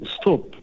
stop